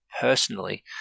personally